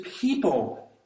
people